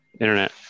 internet